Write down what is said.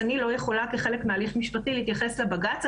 אני לא יכולה כחלק מהליך משפטי להתייחס לבג"צ,